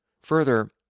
Further